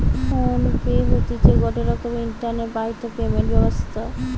phone pay হতিছে গটে রকমের ইন্টারনেট বাহিত পেমেন্ট ব্যবস্থা